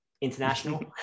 international